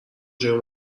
جای